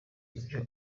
ibyo